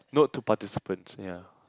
note to participants yeah